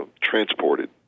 Transported